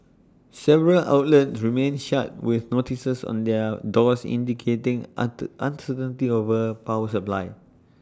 several outlets remained shut with notices on their doors indicating onto uncertainty over power supply